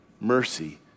mercy